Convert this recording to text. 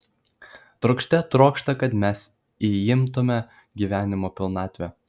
trokšte trokšta kad mes įimtume gyvenimo pilnatvę